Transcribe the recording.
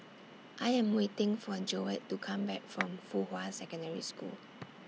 I Am waiting For Joette to Come Back from Fuhua Secondary School